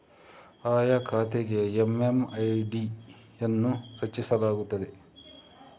ಆಯಾ ಖಾತೆಗೆ ಎಮ್.ಎಮ್.ಐ.ಡಿ ಅನ್ನು ರಚಿಸಲಾಗುತ್ತದೆ